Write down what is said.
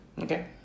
Okay